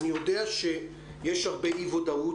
אני יודע שיש הרבה אי ודאות,